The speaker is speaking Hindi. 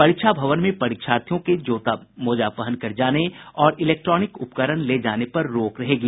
परीक्षा भवन में परीक्षार्थियों के जूता मोजा पहनकर जाने और इलेक्ट्रॉनिक उपकरण ले जाने पर रोक रहेगी